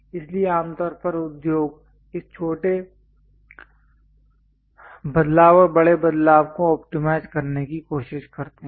इसलिए आमतौर पर उद्योग इस छोटे बदलाव और बड़े बदलाव को ऑप्टिमाइज करने की कोशिश करते हैं